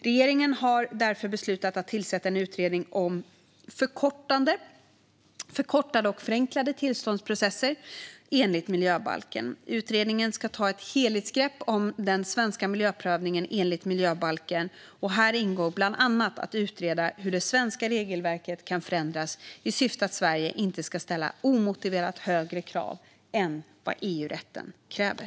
Regeringen har därför beslutat att tillsätta en utredning om förkortade och förenklade tillståndsprocesser enligt miljöbalken. Utredningen ska ta ett helhetsgrepp om den svenska miljöprövningen enligt miljöbalken. Här ingår bland annat att utreda hur det svenska regelverket kan förändras i syfte att Sverige inte ska ställa omotiverat högre krav än vad EU-rätten kräver.